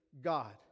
God